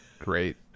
great